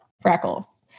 freckles